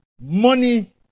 money